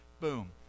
Boom